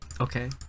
Okay